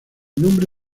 nombre